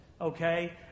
okay